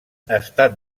estat